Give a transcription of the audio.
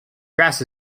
grass